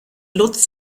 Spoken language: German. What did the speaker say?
lutz